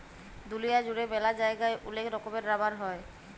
দুলিয়া জুড়ে ম্যালা জায়গায় ওলেক রকমের রাবার হ্যয়